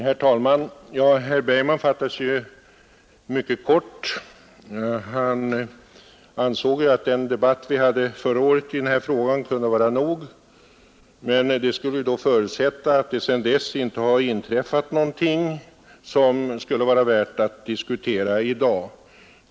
Herr talman! Herr Bergman fattade sig ju mycket kort. Han ansåg att den debatt vi hade förra året i denna fråga kunde vara nog. Men det skulle då förutsätta att det sedan dess inte har inträffat någonting som skulle vara värt att diskutera i dag.